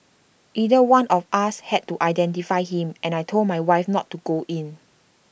either one of us had to identify him and I Told my wife not to go in